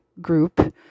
group